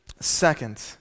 Second